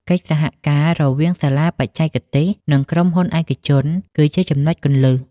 កិច្ចសហការរវាងសាលាបច្ចេកទេស និងក្រុមហ៊ុនឯកជនគឺជាចំណុចគន្លឹះ។